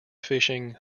fishing